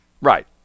Right